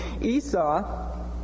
Esau